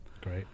great